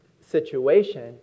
situation